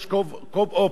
יש "קו-אופ",